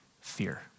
fear